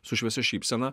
su šviesia šypsena